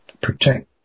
protect